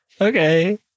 Okay